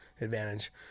advantage